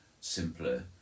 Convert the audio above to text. simpler